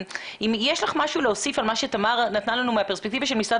יש לך משהו להוסיף על מה שתמר אמרה מהפרספקטיבה של משרד